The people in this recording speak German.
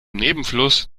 nebenfluss